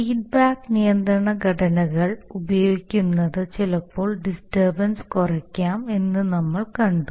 feedback നിയന്ത്രണ ഘടനകൾ ഉപയോഗിക്കുന്നത് ചിലപ്പോൾ ഡിസ്റ്റർബൻസ് കുറയ്ക്കാം എന്ന് നമ്മൾ കണ്ടു